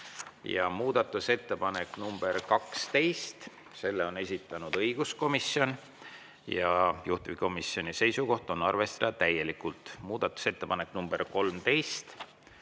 Muudatusettepanek nr 12, selle on esitanud õiguskomisjon ja juhtivkomisjoni seisukoht on arvestada täielikult. Muudatusettepanek nr 13,